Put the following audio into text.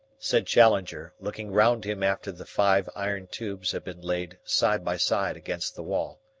said challenger, looking round him after the five iron tubes had been laid side by side against the wall.